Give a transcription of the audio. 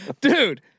Dude